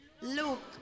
Look